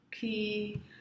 key